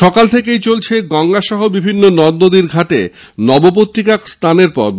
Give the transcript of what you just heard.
সকাল থেকেই চলছে গঙ্গাসহ বিভিন্ন নদনদীর ঘাটে নবপত্রিকা স্নানের পর্ব